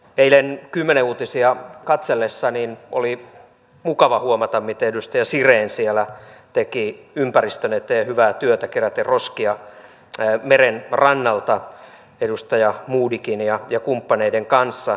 eilen kymmenen uutisia katsellessani oli mukava huomata miten edustaja siren siellä teki ympäristön eteen hyvää työtä keräten roskia merenrannalta edustaja modigin ja kumppaneiden kanssa